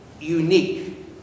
unique